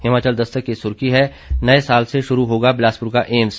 हिमाचल दस्तक की सुर्खी है नए साल से शुरू होगा बिलासपुर का एम्स